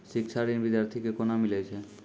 शिक्षा ऋण बिद्यार्थी के कोना मिलै छै?